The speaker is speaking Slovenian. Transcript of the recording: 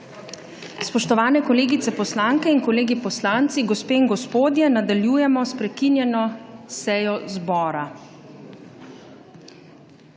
Spoštovane kolegice poslanke in kolegi poslanci, gospe in gospodje, nadaljujemo s prekinjeno sejo zbora.